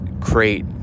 create